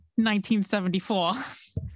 1974